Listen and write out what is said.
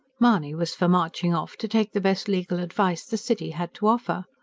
mahony was for marching off to take the best legal advice the city had to offer.